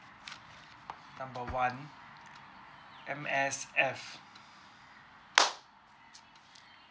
number one M_S_F